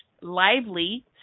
lively